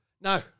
No